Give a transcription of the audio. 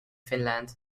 finland